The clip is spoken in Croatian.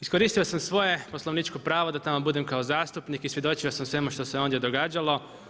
Iskoristio sam svoje poslovničko pravo da tamo budem kao zastupnik i svjedočio sam svemu što se ondje događalo.